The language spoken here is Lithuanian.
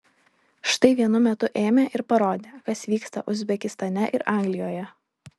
štai vienu metu ėmė ir parodė kas vyksta uzbekistane ir anglijoje